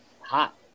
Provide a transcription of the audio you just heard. hot